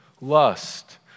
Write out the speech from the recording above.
Lust